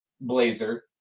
Blazer